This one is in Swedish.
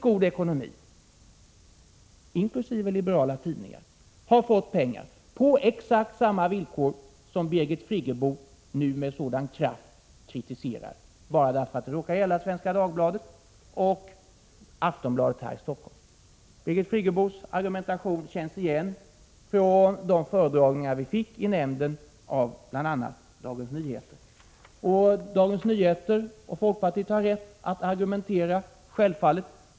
liberala tidningar, med mycket god ekonomi, som fått pengar på exakt samma villkor som Birgit Friggebo nu med sådan kraft kritiserar, bara därför att det råkar gälla Svenska Dagbladet och Aftonbladet här i Stockholm. Birgit Friggebos argumentation känns igen från de föredragningar vi fick i nämnden av bl.a. Dagens Nyheter. Dagens Nyheter och folkpartiet har självfallet rätt att argumentera.